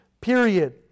period